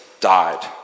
died